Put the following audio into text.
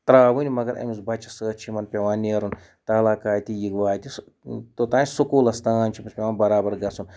ترٛاوٕنۍ مگر أمِس بَچَس سۭتۍ چھِ یِمَن پٮ۪وان نیرُن تالاکاتہِ یہِ واتہِ توٚتام سکوٗلَس تام چھُ أمِس پٮ۪وان برابر گژھُن